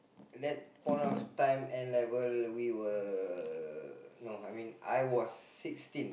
that point of time N-level we were no I mean I was sixteen